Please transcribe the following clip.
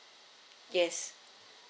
yes